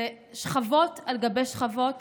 אלה שכבות על גבי שכבות